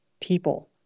people